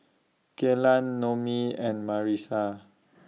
Kelan Noemie and Marisa